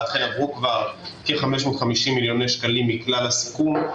ואכן עברו כבר כ-550 מיליוני שקלים מכלל הסכום.